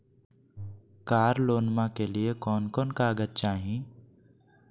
कार लोनमा के लिय कौन कौन कागज चाही?